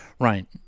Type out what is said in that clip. Right